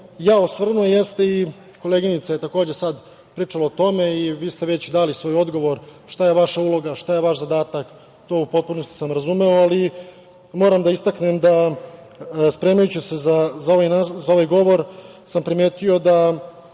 ja osvrnuo jeste, koleginica je sada pričala o tome i vi ste već dali svoj odgovor, šta je vaša uloga, šta je vaš zadatak, to sam u potpunosti razumeo, ali moram da istaknem da sam spremajući se za ovaj govor primetio da